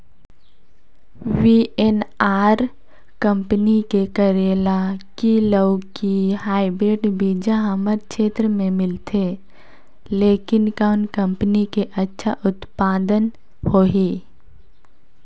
VNR company के करेला की लौकी हाईब्रिड बीजा हमर क्षेत्र मे मिलथे, लेकिन कौन कंपनी के अच्छा उत्पादन होही?